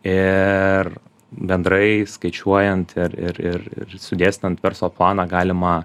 ir bendrai skaičiuojant ir ir ir ir sudėstant verslo planą galima